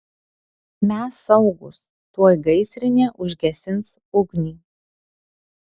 mes saugūs tuoj gaisrinė užgesins ugnį